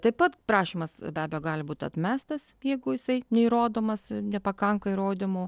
taip pat prašymas be abejo gali būt atmestas jeigu jisai neįrodomas nepakanka įrodymų